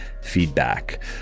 feedback